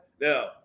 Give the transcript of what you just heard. Now